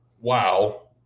wow